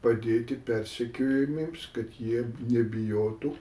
padėti persekiojamiems kad jie nebijotų